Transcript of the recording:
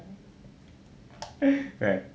right